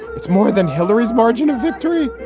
it's more than hillary's margin of victory.